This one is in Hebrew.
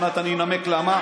עוד מעט אני אנמק למה,